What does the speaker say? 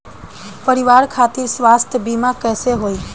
परिवार खातिर स्वास्थ्य बीमा कैसे होई?